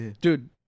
Dude